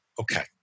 Okay